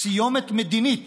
סיומת מדינית